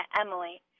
Emily